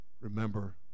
remember